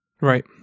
Right